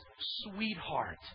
Sweetheart